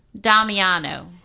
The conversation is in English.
damiano